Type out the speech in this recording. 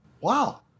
Wow